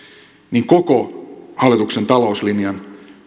niin koko hallituksen talouslinjan